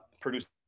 produced